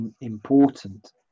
important